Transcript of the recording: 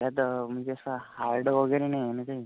त्यात म्हणजे असं हार्ड वगैरे नाही आहे ना काही